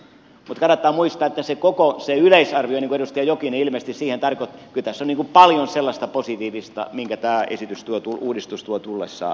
mutta kannattaa muistaa että mitä tulee koko yleisarvioon niin kuin edustaja jokinen ilmeisesti sitä tarkoitti niin kyllä tässä on paljon sellaista positiivista minkä tämä uudistus tuo tullessaan